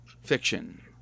fiction